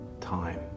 Time